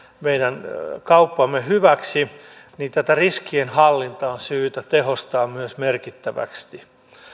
meidän kauppamme hyväksi lisääntyy viidellätoista miljardilla myös tätä riskienhallintaa on syytä tehostaa merkittävästi